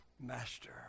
master